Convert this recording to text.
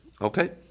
Okay